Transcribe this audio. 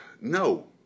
No